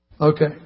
Okay